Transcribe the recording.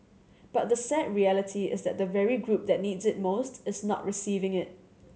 but the sad reality is that the very group that needs it most is not receiving it